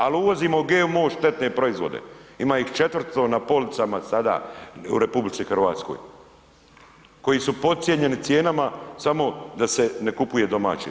Ali uvozimo GMO štetne proizvoda, ima ih četvrto na policama sada u RH koji su podcijenjene cijenama samo da se ne kupuje domaće.